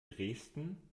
dresden